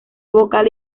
vocal